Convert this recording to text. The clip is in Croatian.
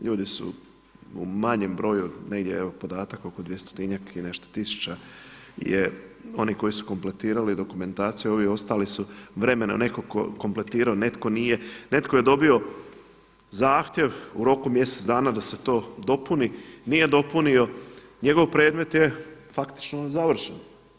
Ljudi su u manjem broju, negdje evo podatak oko dvjestotinjak i nešto tisuća je oni koji su kompletirali dokumentaciju, ovi ostali su vremena netko kompletirao nije, netko je dobio zahtjev u roku mjesec dana da se to dopuni, nije dopunio, njegov predmet je faktično nezavršen.